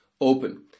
open